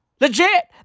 Legit